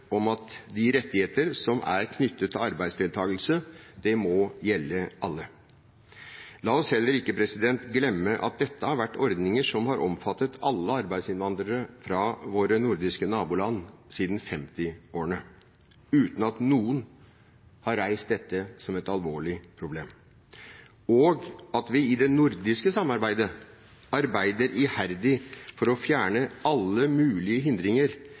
om at de rettigheter som er knyttet til arbeidsdeltakelse, må gjelde alle. La oss heller ikke glemme at dette har vært ordninger som har omfattet alle arbeidsinnvandrere fra våre nordiske naboland siden 1950-årene, uten at noen har reist dette som et alvorlig problem, og at vi i det nordiske samarbeidet arbeider iherdig for å fjerne alle mulige hindringer